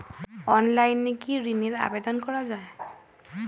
অনলাইনে কি ঋণের আবেদন করা যায়?